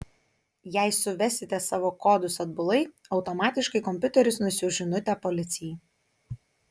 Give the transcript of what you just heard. jei suvesite savo kodus atbulai automatiškai kompiuteris nusiųs žinutę policijai